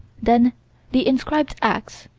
then the inscribed ax,